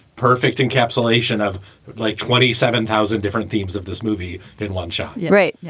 perfect encapsulation of like twenty seven thousand different themes of this movie in one shot yeah right? yeah